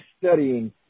studying